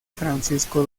francisco